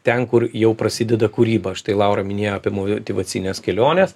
ten kur jau prasideda kūryba štai laura minėjo apie motyvacines keliones